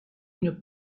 une